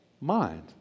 mind